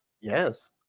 Yes